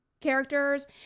characters